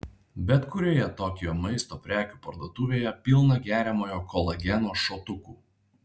bet kurioje tokijo maisto prekių parduotuvėje pilna geriamojo kolageno šotukų